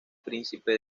príncipe